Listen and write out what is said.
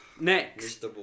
Next